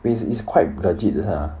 it's it's quite legit 的 ah